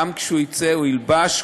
גם כשהוא יצא הוא ילבש,